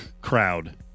crowd